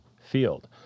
field